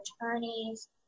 attorneys